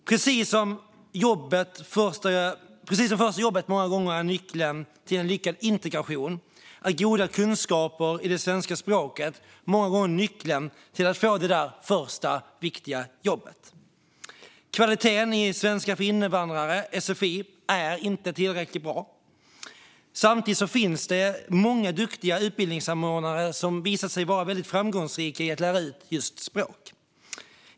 Precis som första jobbet många gånger är nyckeln till en lyckad integration är goda kunskaper i det svenska språket många gånger nyckeln till att få det där första viktiga jobbet. Kvaliteten i svenska för invandrare, sfi, är inte tillräckligt bra. Samtidigt finns det många duktiga utbildningsanordnare som visat sig väldigt framgångsrika i att lära ut språk.